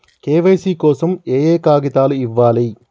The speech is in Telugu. కే.వై.సీ కోసం ఏయే కాగితాలు ఇవ్వాలి?